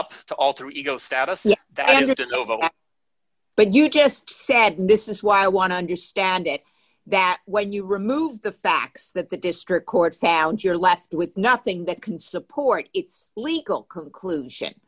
up to alter ego status that is it's over but you just said this is why i want to understand it that when you remove the facts that the district court found you're left with nothing that can support its legal conclusion